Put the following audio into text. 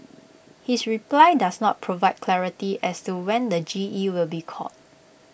his reply does not provide clarity as to when the G E will be called